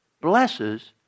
blesses